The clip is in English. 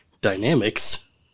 dynamics